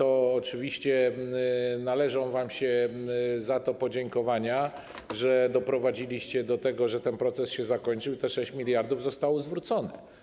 Oczywiście należą wam się podziękowania za to, że doprowadziliście do tego, że ten proces się zakończył i 6 mld zł zostało zwrócone.